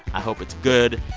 i hope it's good.